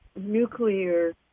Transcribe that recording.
nuclear